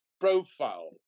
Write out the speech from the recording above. profile